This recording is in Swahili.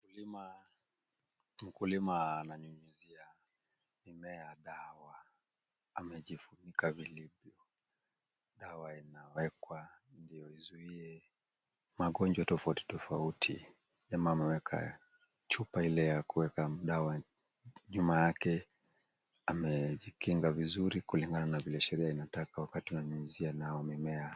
Mkulima ananyunyizia mimea dawa. Amejifunika vilvyo. Dawa inawekwa ndio izuie magonjwa tofauti tofauti. Mkulima ameeka chupa ya kubeba dawa nyuma yake. Amejikinga vizuri kulingana vile sheria inataka wakati wa kunyunyizia dawa mimea.